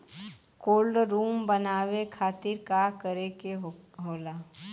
Cold room बनावे खातिर का करे के होला?